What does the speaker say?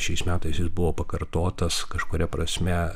šiais metais jis buvo pakartotas kažkuria prasme